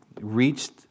reached